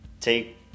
take